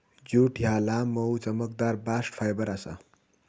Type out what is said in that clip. jute ह्या लांब, मऊ, चमकदार बास्ट फायबर आसा